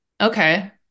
Okay